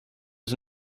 his